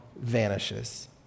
vanishes